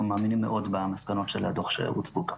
מאמינים מאוד במסקנות של הדוח שהוצגו כאן.